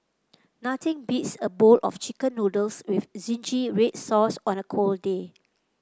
nothing beats a bowl of chicken noodles with red sauce on a cold day